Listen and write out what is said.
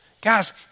Guys